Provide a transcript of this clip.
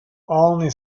only